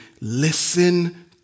listen